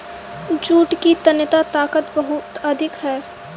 jute की तन्यता ताकत बहुत अधिक है